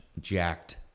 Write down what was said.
Jacked